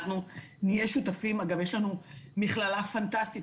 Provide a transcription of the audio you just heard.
אנחנו נהיה שותפים, אגב, יש לנו מכללה פנטסטית